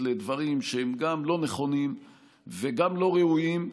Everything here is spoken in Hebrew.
לדברים שהם גם לא נכונים וגם לא ראויים.